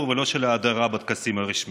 הסיפור של החיבור ולא של ההדרה בטקסים הרשמיים.